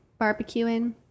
Barbecuing